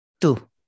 Two